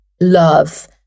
love